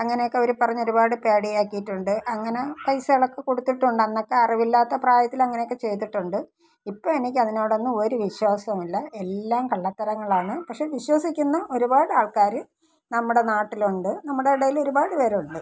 അങ്ങനെ ഒക്കെ അവർ പറഞ്ഞ് ഒരുപാട് പേടിയാക്കിയിട്ടുണ്ട് അങ്ങനെ പൈസകളക്കെ കൊടുത്തിട്ടുണ്ട് അന്നക്കെ അറിവില്ലാത്ത പ്രായത്തിൽ അങ്ങനയൊക്കെ ചെയ്തിട്ടൊണ്ട് ഇപ്പം എനിയ്ക്ക് അതിനോടൊന്നും ഒരു വിശ്വാസോം ഇല്ല എല്ലാം കള്ളത്തരങ്ങളാണ് പക്ഷേ വിശ്വസിയ്ക്കുന്ന ഒരുപാടാൾക്കാർ നമ്മടെ നാട്ടിലുണ്ട് നമ്മടെടേലൊരുപാട് പേരുണ്ട്